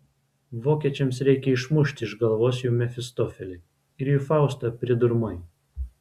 vokiečiams reikia išmušti iš galvos jų mefistofelį ir jų faustą pridurmai